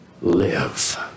live